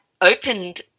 opened